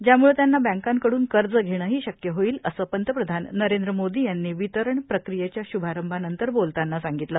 ज्याम्ळे त्यांना बँकांकड्न कर्ज घेणंही शक्य होईल असं पंतप्रधान नरेंद्र मोदी यांनी वितरण प्रक्रियेच्या श्भारंभानंतर बोलताना सांगितलं